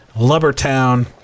Lubbertown